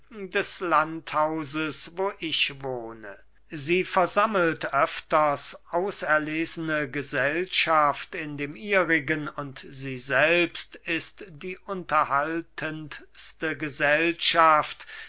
des landhauses wo ich wohne sie versammelt öfters auserlesene gesellschaft in dem ihrigen und sie selbst ist die unterhaltendste gesellschaft